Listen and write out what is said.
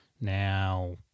Now